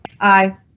Aye